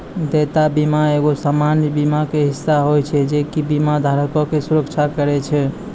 देयता बीमा एगो सामान्य बीमा के हिस्सा होय छै जे कि बीमा धारको के सुरक्षा करै छै